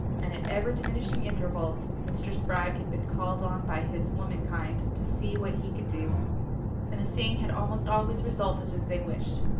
and at ever-diminishing intervals, mr. spragg had been called on by his womenkind to see what he could do and the seeing had almost always resulted as they wished.